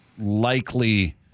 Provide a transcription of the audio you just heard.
likely